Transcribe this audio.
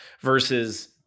versus